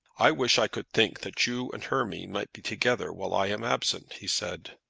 i wish i could think that you and hermy might be together while i am absent, he said.